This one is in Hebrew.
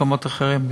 וגם במקומות אחרים.